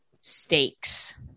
stakes